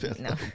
no